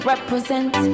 represent